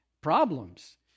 problems